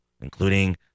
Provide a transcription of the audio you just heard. including